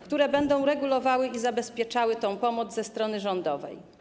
które będą regulowały i zabezpieczały tę pomoc ze strony rządowej.